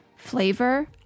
Flavor